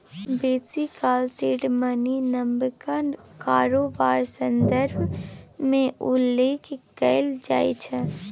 बेसी काल seed money नबका कारोबार संदर्भ मे उल्लेख कएल जाइ छै